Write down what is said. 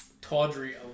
Tawdry